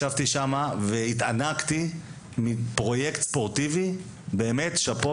ישבתי שם והתענגתי מפרויקט ספורטיבי באמת - שאפו,